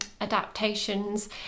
adaptations